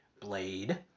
Blade